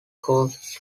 courses